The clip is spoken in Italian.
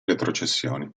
retrocessioni